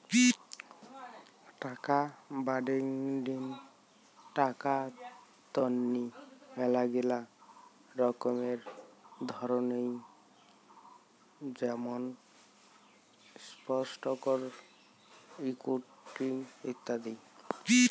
টাকা বাডেঙ্নি টাকা তন্নি মেলাগিলা রকমের ধরণ হই যেমন স্টকস, ইকুইটি ইত্যাদি